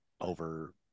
over